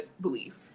belief